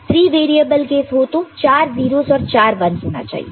3 variable case हो तो चार 0's और चार 1's होने चाहिए